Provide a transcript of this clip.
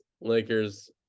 Lakers